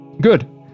Good